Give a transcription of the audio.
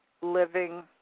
living